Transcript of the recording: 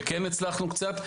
וכן הצלחנו קצת.